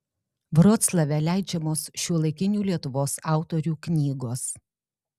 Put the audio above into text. vroclave leidžiamos šiuolaikinių lietuvos autorių knygos